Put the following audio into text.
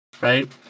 right